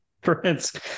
Prince